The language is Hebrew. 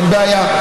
ואין בעיה,